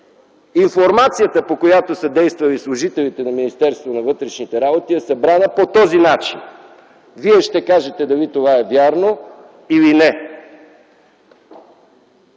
информацията, по която са действали служителите на Министерството на вътрешните работи, е събрана по този начин. Вие ще кажете дали това е вярно, или не.